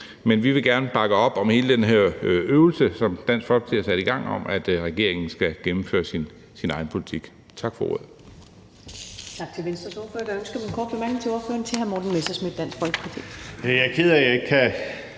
Men vi vil gerne bakke op om hele den her øvelse, som Dansk Folkeparti har sat i gang, om, at regeringen skal gennemføre sin egen politik. Tak for ordet.